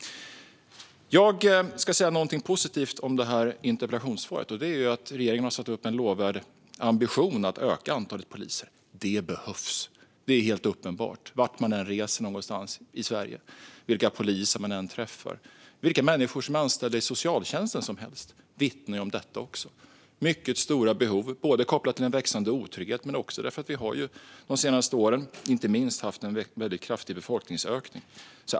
Jag ska säga någonting positivt om interpellationssvaret. Regeringen har satt upp en lovvärd ambition att öka antalet poliser. Det behövs. Det är helt uppenbart oavsett vart man än reser någonstans i Sverige, vilka poliser man än träffar och vilka människor som helst som är anställda inom socialtjänsten. De vittnar också om detta. Det finns mycket stora behov kopplat till en växande otrygghet men inte minst därför att vi de senaste åren haft en väldigt kraftig befolkningsökning.